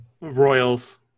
Royals